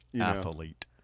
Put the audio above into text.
Athlete